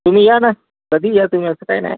तुम्ही या ना कधी या तुम्ही असं काय नाही